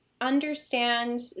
understand